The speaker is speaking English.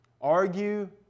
argue